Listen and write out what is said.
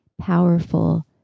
powerful